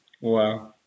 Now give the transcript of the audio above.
Wow